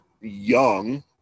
young